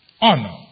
honor